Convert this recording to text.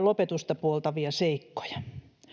lopetusta puoltavia seikkoja.